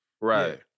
Right